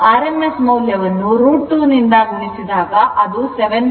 rms ಮೌಲ್ಯವನ್ನು √ 2 ರಿಂದ ಗುಣಿಸಿದಾಗ ಅದು 7